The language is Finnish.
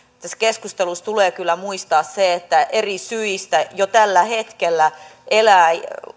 tässä keskustelussa tulee kyllä muistaa se että eri syistä jo tällä hetkellä elää